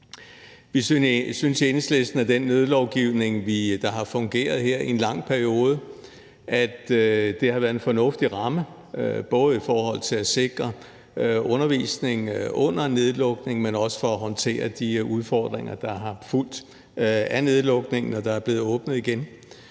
Vi synes i Enhedslisten, at den nødlovgivning, der har fungeret her i en lang periode, har været en fornuftig ramme, både i forhold til at sikre undervisning under nedlukningen, men også for at håndtere de udfordringer, der er fulgt af nedlukningen, når der er blevet åbnet igen.